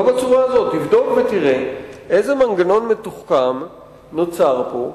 תבדוק ותראה איזה מנגנון מתוחכם נוצר פה,